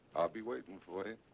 be waiting for you.